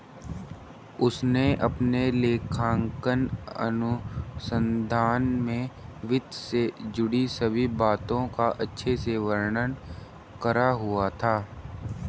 उसने अपने लेखांकन अनुसंधान में वित्त से जुड़ी सभी बातों का अच्छे से वर्णन करा हुआ था